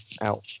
out